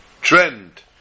trend